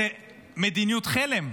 זו מדיניות חלם.